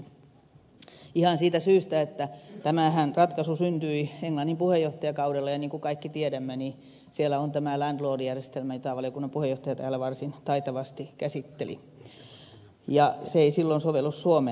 näin on ihan siitä syystä että tämä ratkaisuhan syntyi englannin puheenjohtajakaudella ja niin kuin kaikki tiedämme siellä on tämä landlord järjestelmä jota valiokunnan puheenjohtaja täällä varsin taitavasti käsitteli ja se ei silloin sovellu suomeen